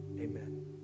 Amen